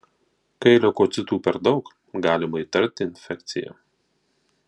kai leukocitų per daug galima įtarti infekciją